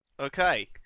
Okay